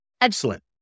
Excellent